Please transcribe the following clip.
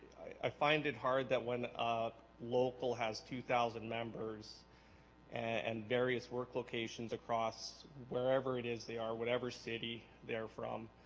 i find it hard that when local has two thousand members and various work locations across wherever it is they are whatever city they're from